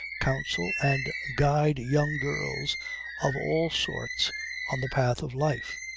counsel, and guide young girls of all sorts on the path of life.